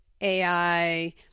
AI